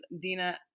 Dina